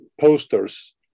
posters